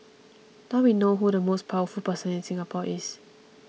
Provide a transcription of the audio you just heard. now we know who the most powerful person in Singapore is